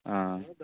ఆ